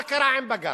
מה קרה עם בג"ץ?